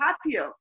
happier